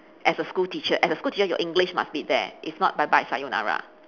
as a school teacher as a school teacher your english must be there if not bye bye sayonara